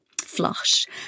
Flush